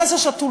מה זה שתול?